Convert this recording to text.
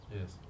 Yes